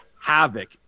havoc